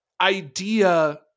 idea